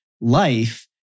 life